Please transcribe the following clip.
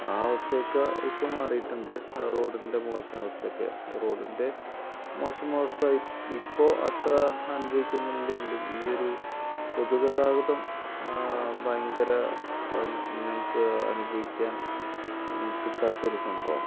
ആ അവസ്ഥയൊക്കെ ഇപ്പോൾ മാറിയിട്ടുണ്ട് റോഡിൻ്റെ മോശം അവസ്ഥയൊക്കെ റോഡിൻറ്റെ മോശം അവസ്ഥ ഇപ്പോൾ അത്ര അനുഭവിക്കുന്നില്ലെങ്കിലും ഈ ഒരു പൊതുഗതാഗതം ഭയങ്കര ഞങ്ങൾക്ക് അനുഭവിക്കാൻ കിട്ടാത്തൊരു സംഭവമാണ്